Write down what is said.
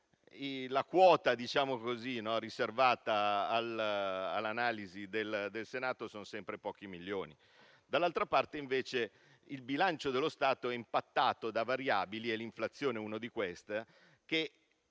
la quota riservata all'analisi del Senato è sempre pari a pochi milioni di euro. Dall'altra parte, invece, il bilancio dello Stato è impattato da variabili - l'inflazione è una di queste - che